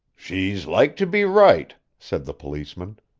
she's like to be right, said the policeman.